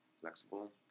Flexible